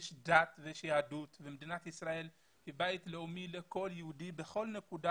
יש דת ויש יהדות ומדינת ישראל היא בית לאומי לכל יהודי בכל נקודה